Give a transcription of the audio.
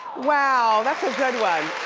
wow, that's a good one!